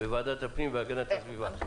בוועדת הפנים והגנת הסביבה.